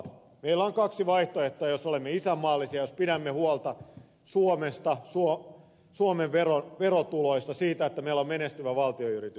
meillä on kaksi vaihtoehtoa jos olemme isänmaallisia jos pidämme huolta suomesta suomen verotuloista siitä että meillä on menestyvä valtionyritys